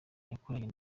yakoranye